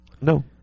No